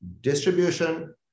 distribution